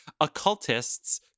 occultist's